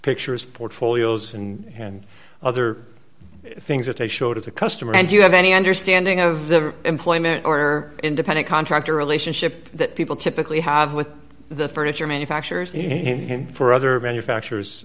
pictures portfolios and other things that they show to the customer and you have any understanding of the employment or independent contractor relationship that people typically have with the furniture manufacturers for other manufacturers